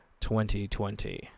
2020